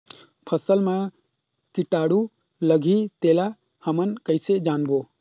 फसल मा कीटाणु लगही तेला हमन कइसे जानबो?